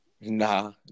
Nah